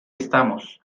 estamos